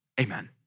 Amen